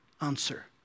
answer